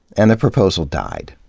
and the proposal died.